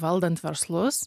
valdant verslus